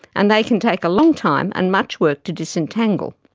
and they can take a long time and much work to disentangle.